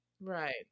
right